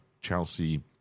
chelsea